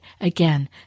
Again